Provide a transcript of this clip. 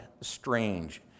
strange